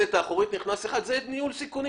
בדלת האחורית נכנס אחד - זה ניהול סיכונים.